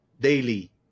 daily